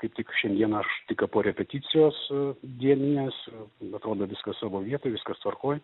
kaip tik šiandieną aš tik ką po repeticijos dieninės atrodo viskas savo vietoj viskas tvarkoj